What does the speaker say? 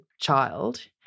child